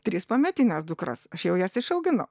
tris pametines dukras aš jau jas išauginau